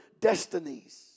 destinies